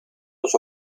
los